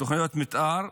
תוכניות מתאר,